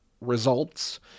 results